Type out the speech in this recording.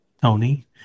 Tony